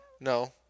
no